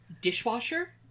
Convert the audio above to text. dishwasher